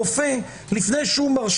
בוודאי במקרים שבהם קטינים נדרשים